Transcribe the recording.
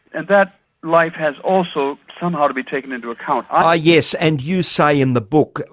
and that life has also somehow to be taken into account. ah yes, and you say in the book,